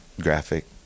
graphic